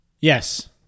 Yes